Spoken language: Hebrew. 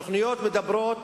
התוכניות מדברות,